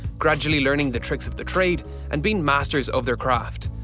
gradually learning the tricks of the trade and being masters of their craft.